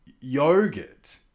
yogurt